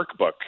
workbook